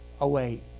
away